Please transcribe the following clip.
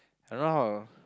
I don't know how